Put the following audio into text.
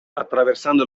attraversando